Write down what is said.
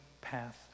path